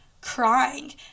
crying